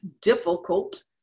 difficult